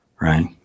Right